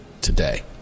today